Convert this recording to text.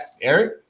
Eric